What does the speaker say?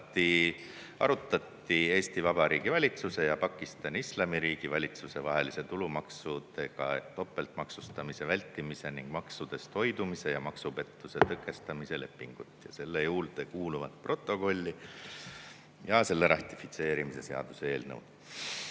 arutati Eesti Vabariigi valitsuse ja Pakistani Islamiriigi valitsuse vahelise tulumaksudega topeltmaksustamise vältimise ning maksudest hoidumise ja maksupettuste tõkestamise lepingu, selle juurde kuuluva protokolli ja ratifitseerimise seaduse eelnõu